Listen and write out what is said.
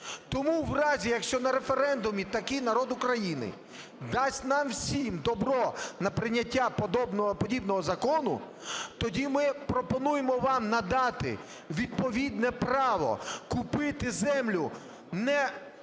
тому в разі, якщо на референдумі таки народ України дасть нам всім добро на прийняття подібного закону, тоді ми пропонуємо вам надати відповідне право купити землю не